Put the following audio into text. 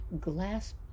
glass